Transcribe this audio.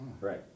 Right